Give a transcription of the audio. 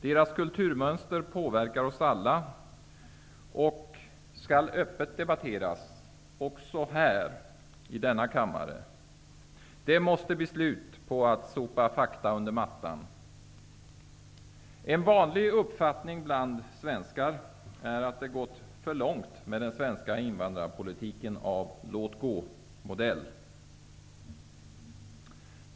Deras kulturmönster påverkar oss alla och skall öppet debatteras, också här i denna kammare. Det måste bli slut på att sopa fakta under mattan. En vanlig uppfattning bland svenskar är att det gått för långt med den svenska invandrarpolitiken av låtgåmodell.